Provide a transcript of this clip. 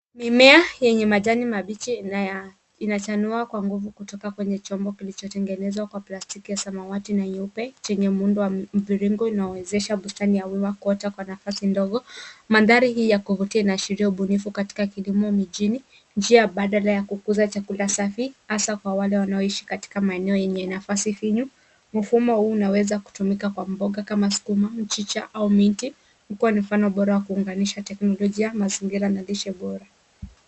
Mimea yenye majani mabichi na inayochanua kwa nguvu kutoka kwenye chombo kilichotengenezwa kwa plastiki, ya samawati na nyeupe, chenye muundo wa mzuringo na kuwezesha mimea kuota kwa nafasi ndogo. Mandhari hii ya kugote inaashiria ubunifu katika kilimo mijini, badala ya kukuza chakula safi, inafaa kwa wale wanaoishi katika maeneo yenye nafasi ndogo. Kwa mfumo huu, unaweza kutumika kwa mboga kama sukuma, mchicha, au miki, ikitoa mfano bora wa kuunganisha teknolojia ya mazingira na lishe bora.